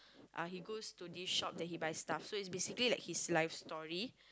uh he goes to this shop that he buys stuff so it's basically like his life story